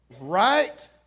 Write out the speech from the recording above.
Right